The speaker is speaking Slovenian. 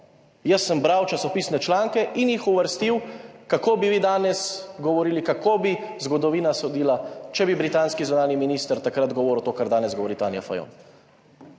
Jaz sem bral časopisne članke in jih uvrstil, kako bi vi danes govorili, kako bi zgodovina sodila, če bi britanski zunanji minister takrat govoril to, kar danes govori Tanja Fajon.